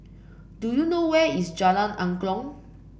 do you know where is Jalan Angklong